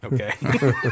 okay